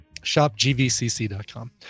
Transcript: ShopGVCC.com